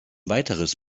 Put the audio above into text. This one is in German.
weiteres